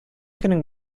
көнең